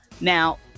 Now